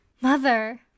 Mother